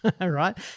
right